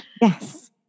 yes